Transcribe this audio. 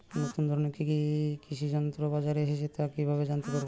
নতুন ধরনের কি কি কৃষি যন্ত্রপাতি বাজারে এসেছে তা কিভাবে জানতেপারব?